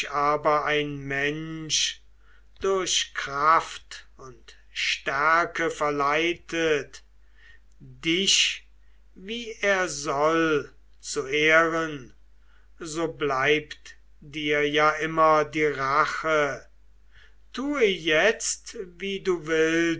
aber ein mensch durch kraft und stärke verleitet dich wie er soll zu ehren so bleibt dir ja immer die rache tue jetzt wie du willst